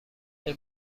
این